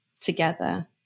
together